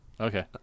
Okay